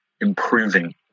improving